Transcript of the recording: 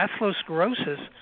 atherosclerosis